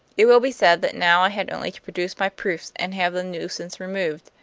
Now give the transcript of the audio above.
it will be said that now i had only to produce my proofs and have the nuisance removed.